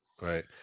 right